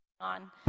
on